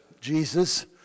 Jesus